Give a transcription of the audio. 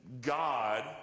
God